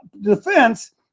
defense